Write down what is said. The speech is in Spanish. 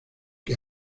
que